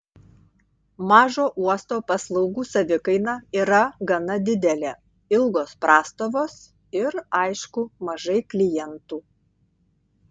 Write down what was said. mažo uosto paslaugų savikaina yra gana didelė ilgos prastovos ir aišku mažai klientų